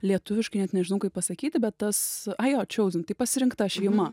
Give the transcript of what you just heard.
lietuviškai net nežinau kaip pasakyti bet tas ai jo chosen tai pasirinkta šeima